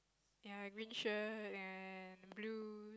ya green shirt and blue